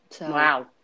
Wow